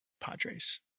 Padres